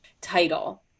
title